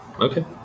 Okay